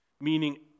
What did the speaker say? meaning